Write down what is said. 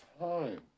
time